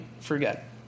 forget